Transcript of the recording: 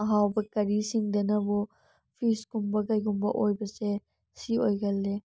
ꯑꯍꯥꯎꯕ ꯀꯔꯤꯁꯤꯡꯗꯅ ꯑꯃꯨꯛ ꯐꯤꯁꯀꯨꯝꯕ ꯀꯩꯒꯨꯝꯕ ꯑꯣꯏꯕꯁꯦ ꯁꯤ ꯑꯣꯏꯒꯜꯂꯦ